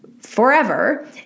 forever